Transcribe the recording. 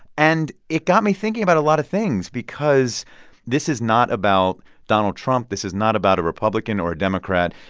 and it got me thinking about a lot of things because this is not about donald trump. this is not about a republican or a democrat.